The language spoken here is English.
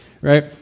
right